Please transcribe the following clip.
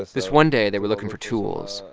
this this one day, they were looking for tools.